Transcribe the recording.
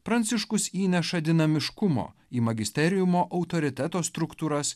pranciškus įneša dinamiškumo į magisteriumo autoriteto struktūras